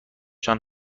جان